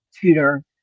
tutor